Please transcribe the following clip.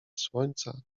słońca